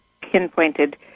pinpointed